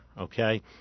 Okay